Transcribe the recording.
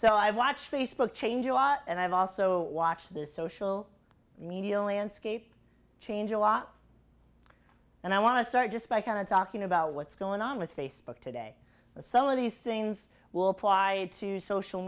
so i watch facebook change a lot and i've also watched the social media landscape change a lot and i want to start just by kind of talking about what's going on with facebook today and some of these things will apply to social